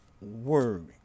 word